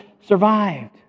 survived